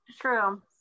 True